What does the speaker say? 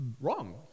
wrong